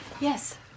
Yes